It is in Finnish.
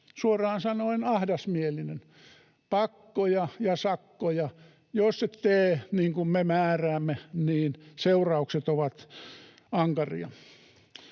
suoraan sanoen ahdasmielinen. Pakkoja ja sakkoja. Jos et tee niin kuin me määräämme, niin seuraukset ovat ankaria.